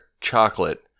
chocolate